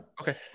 Okay